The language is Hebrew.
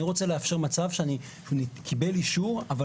אני רוצה לאפשר מצב שקיבל אישור אבל